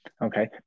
Okay